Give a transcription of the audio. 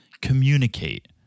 Communicate